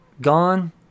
gone